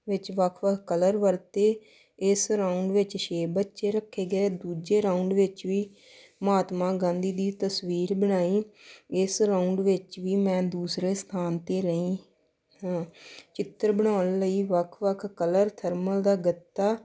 ਵਿੱਚ ਵੱਖ ਵੱਖ ਕਲਰ ਵਰਤੇ ਇਸ ਰਾਊਂਡ ਵਿੱਚ ਛੇ ਬੱਚੇ ਰੱਖੇ ਗਏ ਦੂਜੇ ਰਾਊਂਡ ਵਿੱਚ ਵੀ ਮਹਾਤਮਾ ਗਾਂਧੀ ਦੀ ਤਸਵੀਰ ਬਣਾਈ ਇਸ ਰਾਊਂਡ ਵਿੱਚ ਵੀ ਮੈਂ ਦੂਸਰੇ ਸਥਾਨ 'ਤੇ ਰਹੀ ਹਾਂ ਚਿੱਤਰ ਬਣਾਉਣ ਲਈ ਵੱਖ ਵੱਖ ਕਲਰ ਥਰਮਲ ਦਾ ਗੱਤਾ